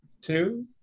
two